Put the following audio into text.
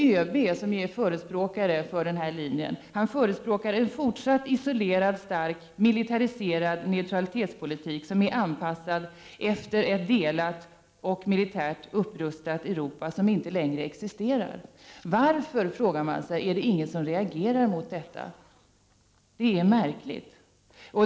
ÖB, som är förespråkare för denna linje, vill ha en fortsatt isolerad, stark, militariserad neutralitetspolitik, som är anpassad efter ett delat och militärt upprustat Europa som inte längre existerar. Varför, frågar man sig, är det ingen som reagerar mot detta. Det är märkligt.